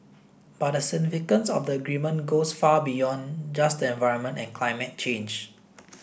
but the significance of the agreement goes far beyond just the environment and climate change